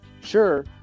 Sure